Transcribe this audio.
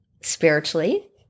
spiritually